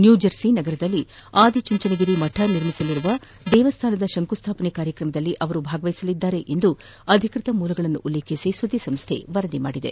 New Jersey ನಗರದಲ್ಲಿ ಆದಿ ಚುಂಚನಗಿರಿ ಮಠ ನಿರ್ಮಿಸಲಿರುವ ದೇವಸ್ಥಾನದ ಶಂಕುಸ್ಥಾಪನೆ ಕಾರ್ಯಕ್ರಮದಲ್ಲಿ ಭಾಗವಹಿಸಲಿದ್ದಾರೆ ಎಂದು ಅಧಿಕೃತ ಮೂಲಗಳನ್ನು ಉಲ್ಲೇಖಿಸಿ ಸುದ್ದಿಸಂಸ್ಥೆ ವರದಿ ಮಾಡಿದೆ